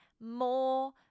more